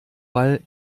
ball